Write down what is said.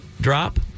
drop